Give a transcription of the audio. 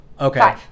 okay